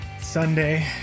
Sunday